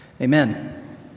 Amen